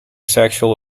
sexual